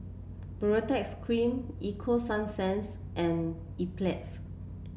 Baritex Cream Ego Sunsense and Enzyplex